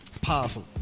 Powerful